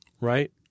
right